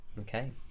Okay